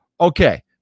Okay